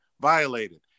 violated